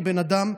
כבן אדם,